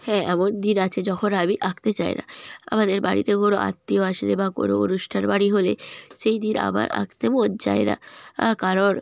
হ্যাঁ এমন দিন আছে যখন আমি আঁকতে চাই না আমাদের বাড়িতে কোনো আত্মীয় আসলে বা কোনো অনুষ্ঠান বাড়ি হলে সেই দিন আমার আঁকতে মন চায় না কারণ